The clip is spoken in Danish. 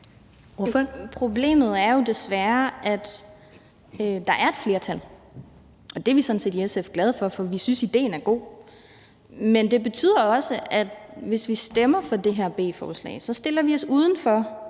Problemet er jo desværre, at der er et flertal. Det er vi sådan set i SF glade for, for vi synes, at idéen er god. Men det betyder jo også, at hvis vi stemmer for det her B-forslag, så stiller vi os udenfor